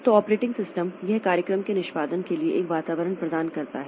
तो operating system यह कार्यक्रम के निष्पादन के लिए एक वातावरण प्रदान करता है